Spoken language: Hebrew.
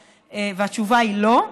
והתשובה היא לא.